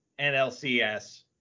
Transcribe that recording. NLCS